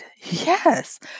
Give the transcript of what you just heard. Yes